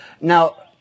Now